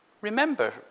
Remember